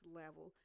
level